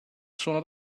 sono